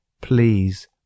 please